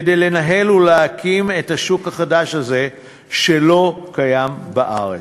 כדי לנהל ולהקים את השוק החדש הזה שלא קיים בארץ.